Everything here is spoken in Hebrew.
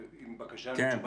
כן.